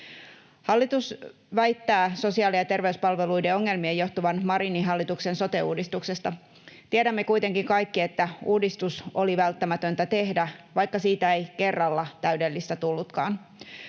Hallitus väittää sosiaali- ja terveyspalveluiden ongelmien johtuvan Marinin hallituksen sote-uudistuksesta. Tiedämme kuitenkin kaikki, että uudistus oli välttämätöntä tehdä, vaikka siitä ei kerralla täydellistä tullutkaan.